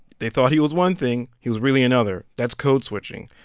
they thought he was one thing. he was really another. that's code switching.